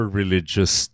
religious